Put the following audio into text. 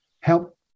help